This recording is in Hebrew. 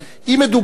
באחריות מלאה.